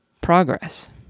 progress